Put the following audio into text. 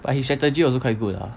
but he strategy also quite good ah